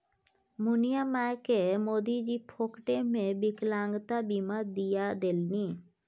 मुनिया मायकेँ मोदीजी फोकटेमे विकलांगता बीमा दिआ देलनि